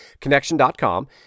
Connection.com